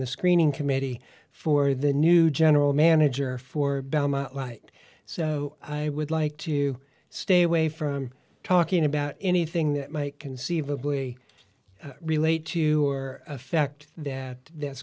the screening committee for the new general manager for belmont light so i would like to stay away from talking about anything that might conceivably relate to or affect that